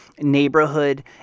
neighborhood